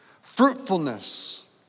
fruitfulness